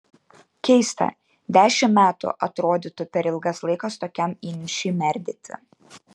keista dešimt metų atrodytų per ilgas laikas tokiam įniršiui merdėti